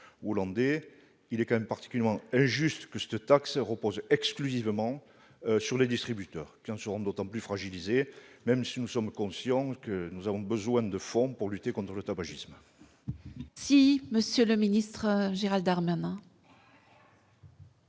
Il est quand même particulièrement injuste que cette taxe repose exclusivement sur les distributeurs- ils en seront d'autant plus fragilisés -, même si nous sommes conscients qu'il faut trouver des fonds pour lutter contre le tabagisme. La parole est à M. le ministre. Nous n'allons